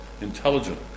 intelligent